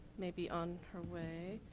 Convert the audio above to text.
maybe on her way.